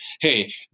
Hey